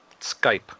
Skype